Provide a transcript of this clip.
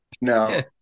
No